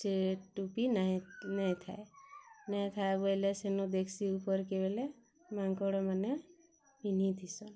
ସେ ଟୋପି ନାଇଁ ନାଇଁଥାଏ ନାଇଁଥାଏ ବୋଇଲେ ସେନ ଦେଖ୍ସି ଉପର୍ କେ ବେଲେ ମାଙ୍କଡ଼ମାନେ ପିହ୍ନି ଥିସନ୍